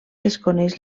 desconeix